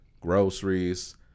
groceries